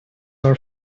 are